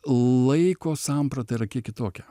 laiko samprata yra kiek kitokia